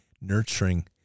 nurturing